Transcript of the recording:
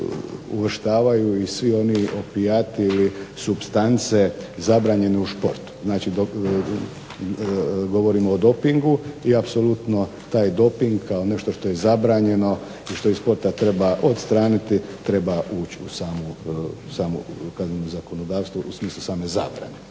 uvrštavaju i svi oni opijati ili supstance zabranjene u športu. Znači, govorimo o dopingu i apsolutno taj doping kao nešto što je zabranjeno i što iz sporta treba odstraniti treba ući u samo kazneno zakonodavstvo u smislu same zabrane.